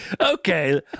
Okay